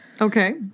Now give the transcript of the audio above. Okay